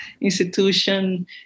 institution